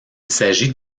s’agit